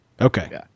Okay